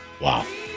Wow